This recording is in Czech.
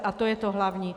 A to je to hlavní.